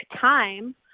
time